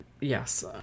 Yes